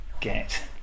get